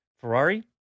Ferrari